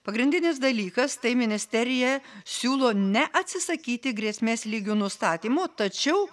pagrindinis dalykas tai ministerija siūlo neatsisakyti grėsmės lygių nustatymo tačiau